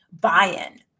buy-in